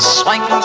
swing